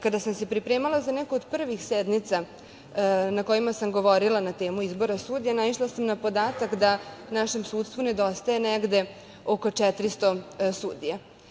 Kada sam se pripremala za neku od privih sednica na kojima sam govorila na temu izbora sudija, naišla sam na podatak da našem sudstvu nedostaje negde oko 400 sudija.